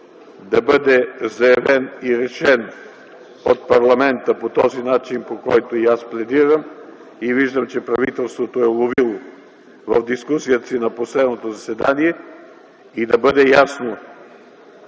да бъде заявен и решен от парламента по начина, по който и аз пледирам и мисля, че и правителството е уловило в дискусията на последното си заседание. Да бъде ясно,